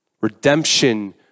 Redemption